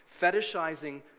Fetishizing